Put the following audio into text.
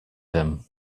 him